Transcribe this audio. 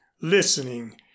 listening